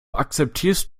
akzeptierst